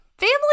Family